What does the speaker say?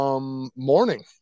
Morning